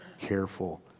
careful